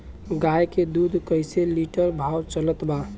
गाय के दूध कइसे लिटर भाव चलत बा?